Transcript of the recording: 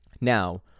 Now